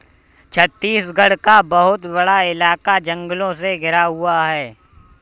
छत्तीसगढ़ का बहुत बड़ा इलाका जंगलों से घिरा हुआ है